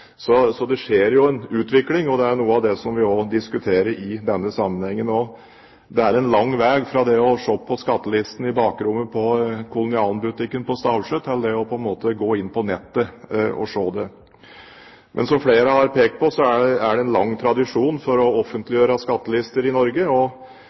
Så det skjer jo en utvikling, og det er noe av det vi diskuterer i denne sammenhengen. Det er en lang veg fra det å se på skattelistene i bakrommet på kolonialbutikken på Stavsjø til det å gå inn på nettet og se dem. Men som flere har pekt på, er det en lang tradisjon for å offentliggjøre skattelister i Norge. Det er en del av den åpenheten som er viktig i samfunnet, og